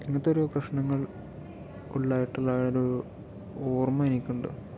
അങ്ങനത്തെയൊരു പ്രശ്നങ്ങൾ ഉള്ളതായിട്ടുള്ളൊരു ഓർമ്മ എനിക്കുണ്ട്